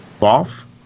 off